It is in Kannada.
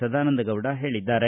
ಸದಾನಂದಗೌಡ ಹೇಳಿದ್ದಾರೆ